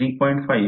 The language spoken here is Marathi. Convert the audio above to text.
5 आणि 0